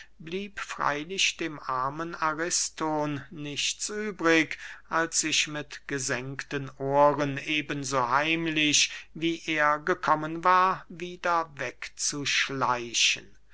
blieb freylich dem armen ariston nichts übrig als sich mit gesenkten ohren eben so heimlich wie er gekommen war wieder wegzuschleichen